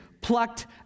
plucked